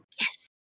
Yes